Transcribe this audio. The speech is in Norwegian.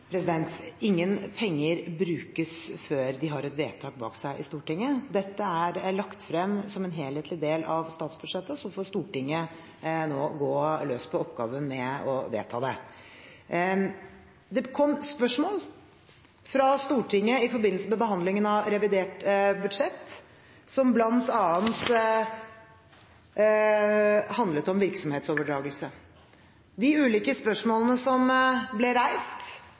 Ingen penger brukes før de har et vedtak bak seg i Stortinget. Dette er lagt frem som en helhetlig del av statsbudsjettet, og så får Stortinget nå gå løs på oppgaven med å vedta det. I forbindelse med behandlingen av revidert budsjett kom det spørsmål fra Stortinget som bl.a. handlet om virksomhetsoverdragelse. De ulike spørsmålene som ble reist,